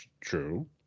True